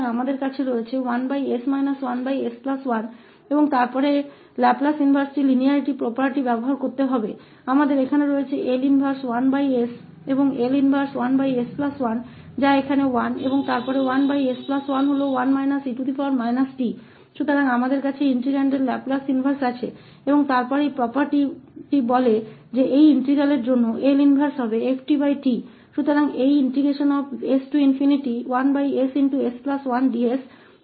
तो हमारे पास है 1s 1s1और फिर लाप्लास linearity संपत्ति का उपयोग कर उलटा हम यहाँ है 𝐿 इनवर्स1s और 𝐿 इनवर्स 1s1जो यहाँ 1 हैऔर फिर 1s 1 है 1 e t तो हमारे पास इस समाकलन का लाप्लास प्रतिलोम है और फिर यह गुण कहता है कि इस समाकल का प्रतिलोम केवल ft होगा